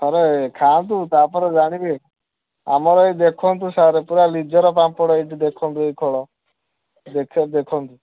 ଥରେ ଖାଆନ୍ତୁ ତା'ପରେ ଜାଣିବେ ଆମର ଏହି ଦେଖନ୍ତୁ ସାର୍ ପୁରା ଲିଜତ୍ ପାମ୍ପଡ଼ ଏଇଠି ଦେଖନ୍ତୁ ଏଇ ଖୋଳ ଦେଖ ଦେଖନ୍ତୁ